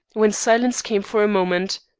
when silence came for a moment,